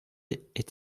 était